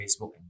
Facebook